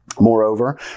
Moreover